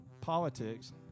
Politics